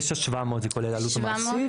9,700 ₪ זה כולל עלות מעסיק.